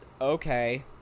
Okay